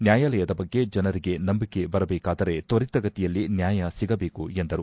ನ್ಯಾಯಾಲಯದ ಬಗ್ಗೆ ಜನರಿಗೆ ನಂಬಿಕೆ ಬರಬೇಕಾದರೆ ತ್ವರಿತಗತಿಯಲ್ಲಿ ನ್ಯಾಯಸಿಗಬೇಕು ಎಂದರು